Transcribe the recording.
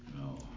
No